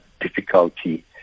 difficulty